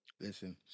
Listen